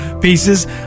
pieces